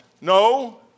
no